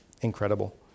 incredible